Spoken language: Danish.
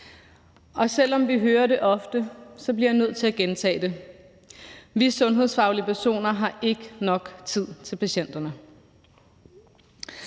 Selv om vi hører det ofte, bliver jeg nødt til at gentage det: Vi sundhedsfaglige personer har ikke nok tid til patienterne.